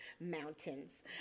mountains